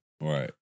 Right